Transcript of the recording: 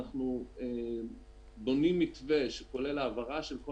אנחנו בונים מתווה שכולל העברה של כל